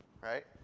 right